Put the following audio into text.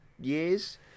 years